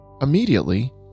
Immediately